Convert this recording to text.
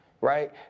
right